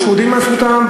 שומרים על זכותם,